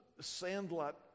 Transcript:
sandlot